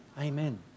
Amen